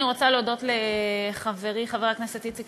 אני רוצה להודות לחברי חבר הכנסת איציק